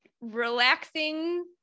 relaxing